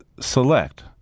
select